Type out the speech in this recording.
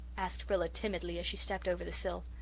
asked rilla timidly, as she stepped over the sill.